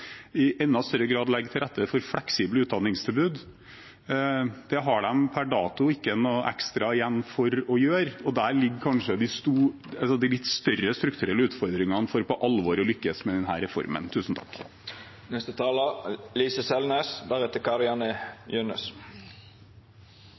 i enda større grad legger til rette for fleksible utdanningstilbud. Det har de per dato ikke noe ekstra igjen for å gjøre, og der ligger kanskje de litt større strukturelle utfordringene for på alvor å lykkes med denne reformen.